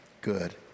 good